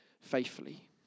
faithfully